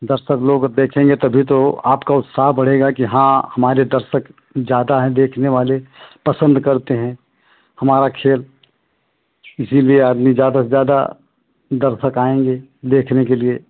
दर्शक लोग देखेंगे तभी तो आपका उत्साह बढ़ेगा कि हाँ हमारे दर्शक ज़्यादा हैं देखने वाले पसंद करते हैं हमारा खेल इसलिए आदमी ज़्यादा से ज़्यादा आएंगे